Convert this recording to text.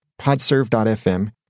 Podserve.fm